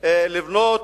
לבנות